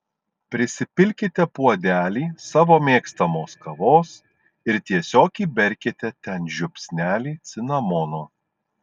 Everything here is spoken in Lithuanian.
prisipilkite puodelį savo mėgstamos kavos ir tiesiog įberkite ten žiupsnelį cinamono